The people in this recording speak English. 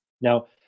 Now